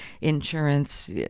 insurance